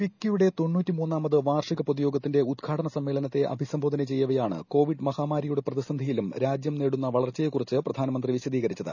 ഫിക്കിയുടെ തൊണ്ണൂറ്റി മൂന്നാർമൃത് വാർഷിക പൊതുയോഗത്തിന്റെ ഉദ്ഘാട്ന സമ്മേളനത്തെ അഭിസംബോധന ചെയ്യ്പ്പ്പ്യാണ് കോവിഡ് മഹാമാരിയുടെ പ്രതിസന്ധിയിലും രാജ്യം നേടുന്ന വളർച്ചയെക്കുറിച്ച് പ്രധാനമന്ത്രി വിശദീകരിച്ചത്